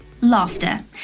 Laughter